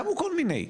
קמו כל מיני,